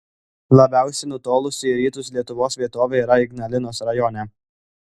labiausiai nutolusi į rytus lietuvos vietovė yra ignalinos rajone